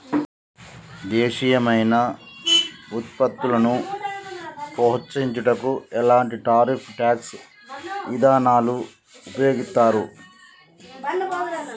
దేశీయమైన వృత్పత్తులను ప్రోత్సహించుటకు ఎలాంటి టారిఫ్ ట్యాక్స్ ఇదానాలు ఉపయోగిత్తారు